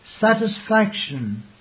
satisfaction